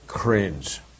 Cringe